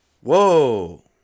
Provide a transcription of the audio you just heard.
Whoa